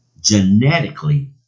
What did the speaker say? genetically